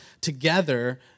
together